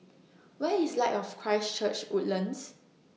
Where IS Light of Christ Church Woodlands